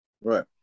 Right